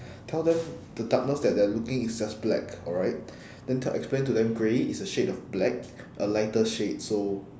tell them the darkness that they're looking is just black alright then te~ explain to them grey is a shade of black a lighter shade so